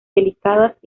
delicadas